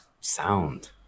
Sound